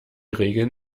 regeln